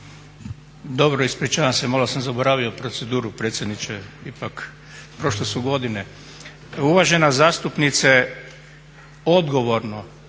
Dobro, ispričavam se, malo sam zaboravio proceduru, predsjedniče, ipak, prošle su godine. Uvažena zastupnice odgovorno